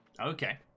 Okay